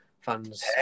fans